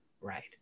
right